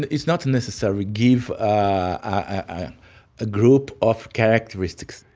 it's not necessary give ah a group of characteristics.